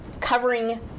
covering